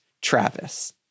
Travis